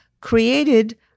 created